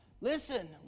Listen